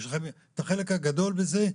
יש לכם את החלק הגדול בזה,